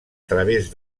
través